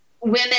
women